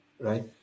right